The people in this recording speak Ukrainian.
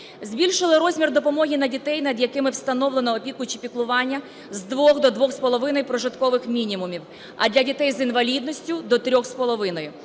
Збільшили розмір допомоги на дітей, над якими встановлено опіку чи піклування з 2 до 2,5 прожиткових мінімумів, а для дітей з інвалідністю – до 3,5.